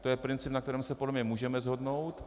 To je princip, na kterém se podle mě můžeme shodnout.